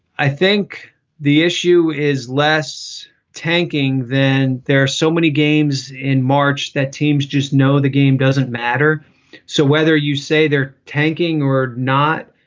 i think the issue is less tanking than there are so many games in march that teams just know the game doesn't matter so whether you say they're tanking or not,